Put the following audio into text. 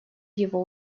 его